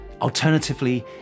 Alternatively